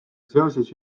seoses